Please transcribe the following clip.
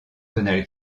tonale